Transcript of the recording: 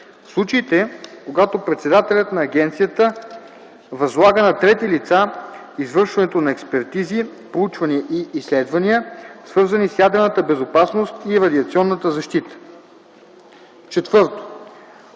случаите, когато председателят на агенцията възлага на трети лица извършването на експертизи, проучвания и изследвания, свързани с ядрената безопасност и радиационната защита; 4.